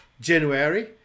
January